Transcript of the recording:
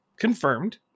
Confirmed